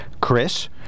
Chris